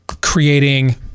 creating